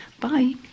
Bye